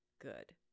good